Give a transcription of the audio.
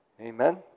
Amen